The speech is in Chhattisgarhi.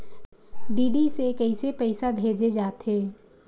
डी.डी से कइसे पईसा भेजे जाथे?